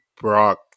Brock